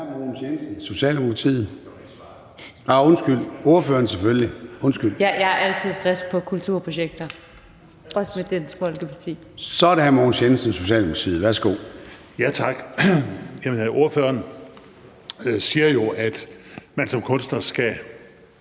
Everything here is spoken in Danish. (S): Tak. Ordføreren siger jo, at man som kunstner skal